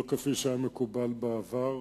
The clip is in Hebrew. לא כפי שהיה מקובל בעבר.